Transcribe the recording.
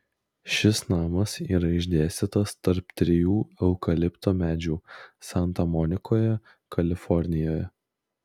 šis namas yra išdėstytas tarp trijų eukalipto medžių santa monikoje kalifornijoje